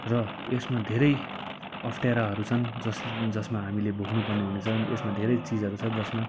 र यसमा धेरै अप्ठ्याराहरू छन् जस जसमा हामीले भोग्नुपर्ने हुन्छन् यसमा धेरै चिजहरू छन् जसमा